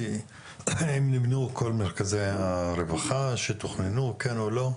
כי האם נבנו כל מרכזי הרווחה שתוכננו כן או לא.